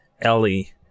Ellie